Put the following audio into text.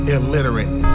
Illiterate